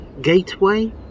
Gateway